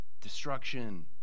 destruction